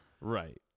Right